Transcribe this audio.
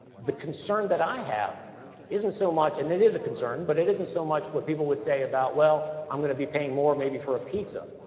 the concern that i have isn't so much and it is a concern but it isn't so much what people would say about well, i'm gonna be paying more maybe for a pizza.